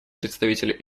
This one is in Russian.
представителя